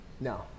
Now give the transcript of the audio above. No